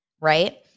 right